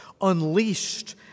unleashed